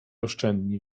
oszczędni